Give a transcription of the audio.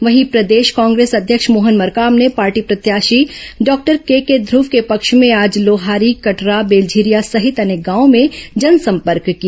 वहीं प्रदेश कांग्रेस अध्यक्ष मोहन मरकाम ने पार्टी प्रत्याशी डॉक्टर केके ध्रव के पक्ष में आज लोहारी कटरा बेलझिरिया सहित अनेक गांवों में जनसंपर्क किया